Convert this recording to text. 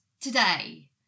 today